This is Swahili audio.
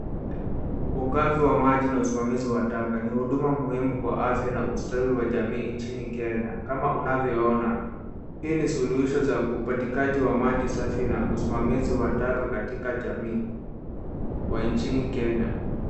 Ugavi wa maji na usimamizi wa taka. Ni huduma muhimu kwa afya na ustawi wa jamii nchini Kenya kama unavyoona. Hii ni suluhisho za upatikaji wa maji safi na usimamizi wa taka katika jamii na wa nchini Kenya.